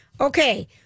Okay